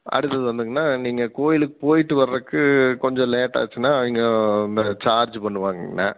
அடுத்தது வந்துங்கண்ணா நீங்கள் கோயிலுக்கு போயிட்டு வர்கிறக்கு கொஞ்சம் லேட்டாச்சுன்னா அவங்க அந்த சார்ஜ் பண்ணுவாங்கண்ணா